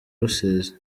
rusizi